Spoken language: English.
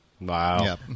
Wow